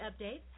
updates